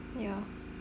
ya